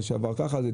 זה שעבר כך או אחרת.